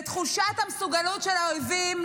ותחושת המסוגלות של האויבים,